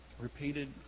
repeated